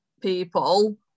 people